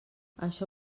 això